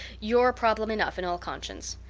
you're problem enough in all conscience.